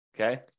Okay